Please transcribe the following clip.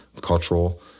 cultural